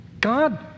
God